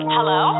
Hello